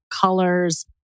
colors